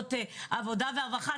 בוועדות עבודה ורווחה,